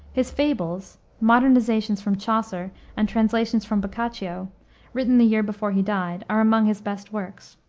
his fables modernizations from chaucer and translations from boccaccio written the year before he died, are among his best works.